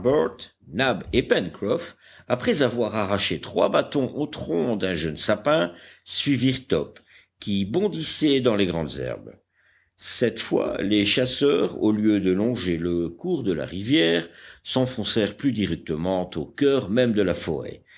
après avoir arraché trois bâtons au tronc d'un jeune sapin suivirent top qui bondissait dans les grandes herbes cette fois les chasseurs au lieu de longer le cours de la rivière s'enfoncèrent plus directement au coeur même de la forêt